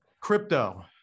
crypto